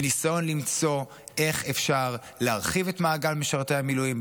בניסיון למצוא איך אפשר להרחיב את מעגל משרתי המילואים,